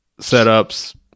setups